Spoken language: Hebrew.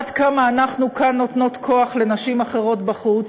עד כמה אנחנו כאן נותנות כוח לנשים אחרות בחוץ,